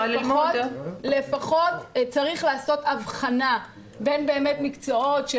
לפחות צריך לעשות הבחנה בין באמת מקצועות,